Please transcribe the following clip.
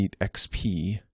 XP